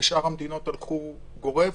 בשאר המדינות הלכו באופן גורף.